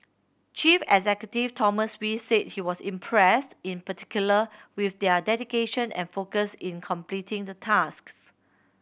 chief executive Thomas Wee said he was impressed in particular with their dedication and focus in completing the tasks